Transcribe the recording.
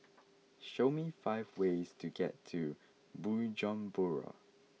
show me five ways to get to Bujumbura